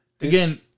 Again